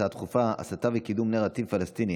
הצעות דחופות בנושא: הסתה וקידום נרטיב פלסטיני